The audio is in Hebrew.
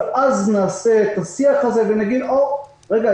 ואז נעשה את השיח הזה ונגיד: רגע,